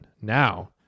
Now